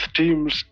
teams